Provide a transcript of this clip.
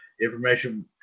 Information